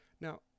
Now